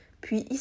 puis